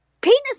Penis